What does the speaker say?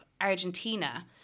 Argentina